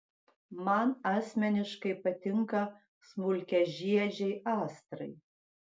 man asmeniškai patinka smulkiažiedžiai astrai